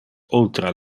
ultra